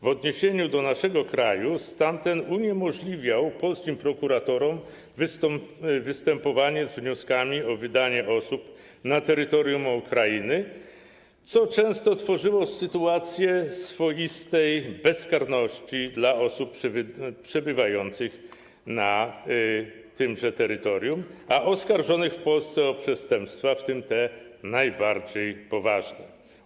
W odniesieniu do naszego kraju stan ten uniemożliwiał polskim prokuratorom występowanie z wnioskami o wydanie osób z terytorium Argentyny, co często tworzyło sytuację swoistej bezkarności dla osób przebywających na tymże terytorium, a oskarżonych w Polsce o przestępstwa, w tym te najbardziej poważne.